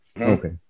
Okay